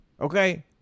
Okay